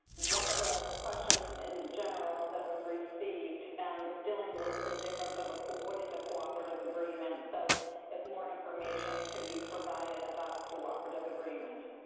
one of the questions in general that was received um is dealing with the difference of a what is a cooperative agreement, so if more information could be provided about a cooperative agreement.